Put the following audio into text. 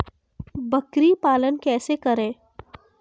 बकरी पालन कैसे करें?